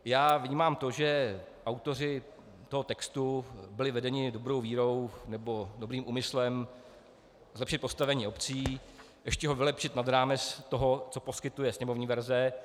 Já vnímám to, že autoři toho textu byli vedeni dobrou vírou nebo dobrým úmyslem zlepšit postavení obcí, ještě ho vylepšit nad rámec toho, co poskytuje sněmovní verze.